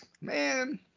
Man